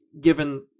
given